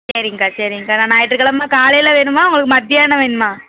சரிங்க்கா சரிங்க்கா நான் ஞாயிற்றுக் கெழமை காலையில் வேணுமா உங்களுக்கு மதியானம் வேணுமா